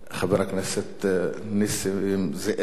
חבר הכנסת נסים זאב.